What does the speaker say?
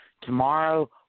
Tomorrow